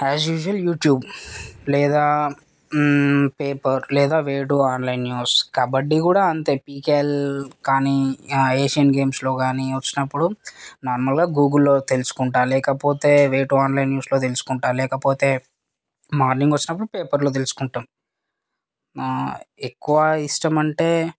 అస్ usual YouTube లేదా paper లేదా way to online news kabaddi కూడా అంతే పికేఎల్ కానీ ఏసియన్ గేమ్స్లో కానీ వచ్చినప్పుడు నార్మల్గా గూగుల్లో తెలుసుకుంటాను లేకపోతే వే టూ ఆన్లైన్ న్యూస్లో తెలుసుకుంటాను లేకపోతే మార్నింగ్ వచ్చినప్పుడు పేపర్లో తెలుసుకుంటాం ఎక్కువ ఇష్టమంటే